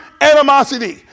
animosity